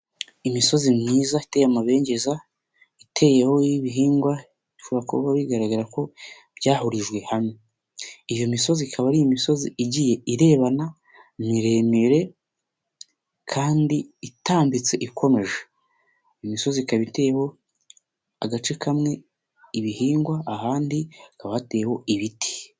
Imisozi myiza iteye amabengeza, iteyeho y'ibihingwa bishobora kuba bigaragara ko byahurijwe, iyo misozi ikaba ari imisozi igiye irebana, miremire kandi itambitse ikomeje, iyi misozi ikaba iteyeho agace kamwe ibihingwa, ahandi hakaba hateyeho ibiti.